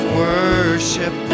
worship